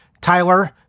Tyler